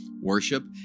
worship